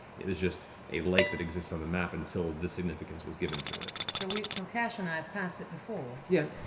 it is just a lake that exists on a map until this significance was given to it. mary so we, so kash and i have passed it before yeah,